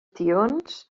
tions